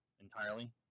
entirely